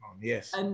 Yes